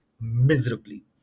miserably